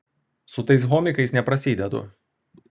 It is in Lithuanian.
su tais homikais neprasidedu